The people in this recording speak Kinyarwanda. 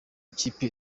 ikipe